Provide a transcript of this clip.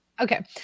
Okay